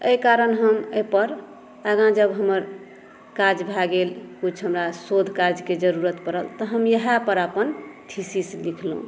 एहि कारण हम एहिपर आगाँ जब हमर काज भऽ गेल किछु हमरा शोध काजक जरूरत परल तब हम इएह पर अपन थीसिस लिखलहुँ